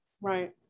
Right